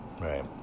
Right